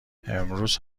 امروز